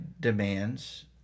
demands